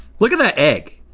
look at that egg.